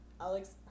Alex